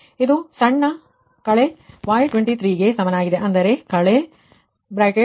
ಇದು ಸಣ್ಣ ಕಳೆ y23 ಗೆ ಸಮನಾಗಿದೆ ಅಂದರೆ −